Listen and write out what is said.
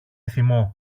θυμό